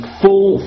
full